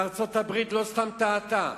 וארצות-הברית לא סתם טעתה.